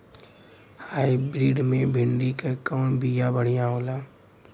Hybrid मे भिंडी क कवन बिया बढ़ियां होला?